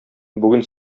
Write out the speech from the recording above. бүген